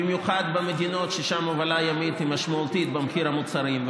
במיוחד במדינות שבהן הובלה ימית היא משמעותית במחיר המוצרים,